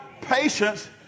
Patience